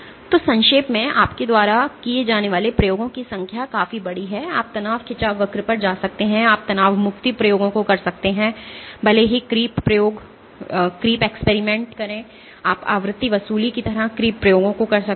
तो संक्षेप में आपके द्वारा किए जाने वाले प्रयोगों की संख्या काफी बड़ी है आप तनाव खिंचाव वक्र पर जा सकते हैं आप तनाव मुक्ति प्रयोगों को कर सकते हैं भले ही creep प्रयोगों आप आवृत्ति वसूली की तरह creep प्रयोगों को कर सकते हैं